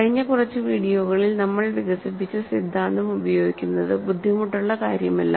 കഴിഞ്ഞ കുറച്ച് വീഡിയോകളിൽ നമ്മൾ വികസിപ്പിച്ച സിദ്ധാന്തം ഉപയോഗിക്കുന്നത് ബുദ്ധിമുട്ടുള്ള കാര്യമല്ല